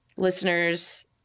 Listeners